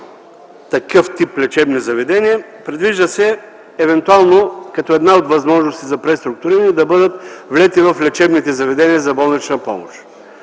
такъв тип лечебни заведения. Предвижда се евентуално като една от възможностите за преструктуриране те да бъдат влети в лечебните заведения за болнична помощ.